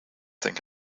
think